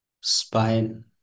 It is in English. spine